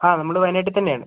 നമ്മൾ വയനാട്ടിൽ തന്നെ ആണ്